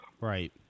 Right